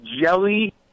Jelly